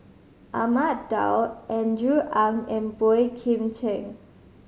Ahmad Daud Andrew Ang and Boey Kim Cheng